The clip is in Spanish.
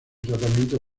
tratamiento